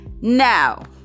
now